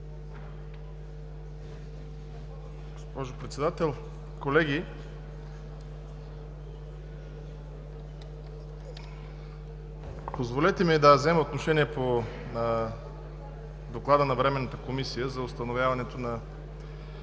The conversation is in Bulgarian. Госпожо Председател, колеги! Позволете ми да взема отношение по доклада на Временната комисия за установяването на